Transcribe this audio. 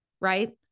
right